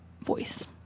voice